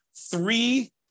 three